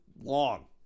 long